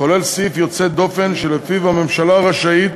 כולל סעיף יוצא דופן שלפיו הממשלה רשאית,